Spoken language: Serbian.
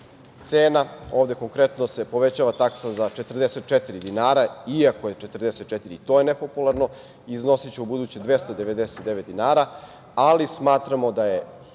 cena. Ovde se konkretno povećava taksa za 44 dinara. Iako je 44 i to je nepopularno. Iznosiću u buduće 299 dinara, ali smatramo da je